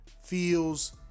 feels